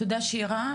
תודה שירה.